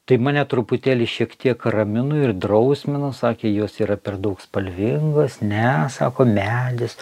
tai mane truputėlį šiek tiek ramino ir drausmino sakė jos yra per daug spalvingos ne sako medis